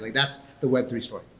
that's the web three story.